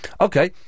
Okay